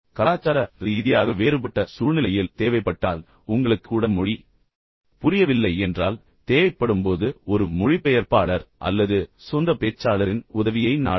கலாச்சார ரீதியாக வேறுபட்ட சூழ்நிலையில் தேவைப்பட்டால் உங்களுக்கு கூட மொழி புரியவில்லை என்றால் தேவைப்படும்போது ஒரு மொழிபெயர்ப்பாளர் அல்லது சொந்த பேச்சாளரின் உதவியை நாடுங்கள்